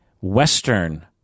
Western